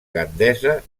gandesa